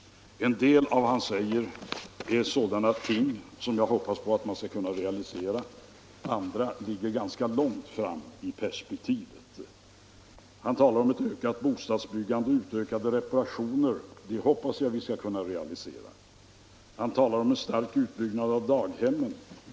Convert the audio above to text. En del av vad han önskar är sådana ting som jag hoppas att man skall kunna realisera, annat ligger ganska långt fram i perspektivet. Han talar om ett ökat bostadsbyggande och utökade reparationer. Det hoppas jag vi skall kunna realisera. Han talar om en stark utbyggnad av daghemmen.